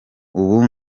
ubu